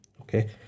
Okay